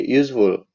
useful